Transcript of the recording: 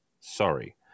Sorry